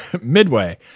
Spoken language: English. Midway